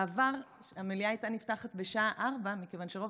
בעבר המליאה הייתה נפתחת בשעה 16:00 מכיוון שרוב